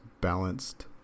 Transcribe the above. balanced